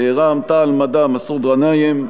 רע"ם-תע"ל-מד"ע: מסעוד גנאים.